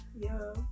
Yo